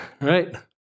right